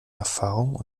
erfahrung